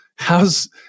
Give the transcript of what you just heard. how's